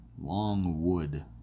Longwood